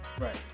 Right